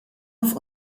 auf